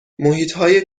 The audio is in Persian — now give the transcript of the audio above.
محیطهای